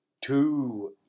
two